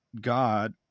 God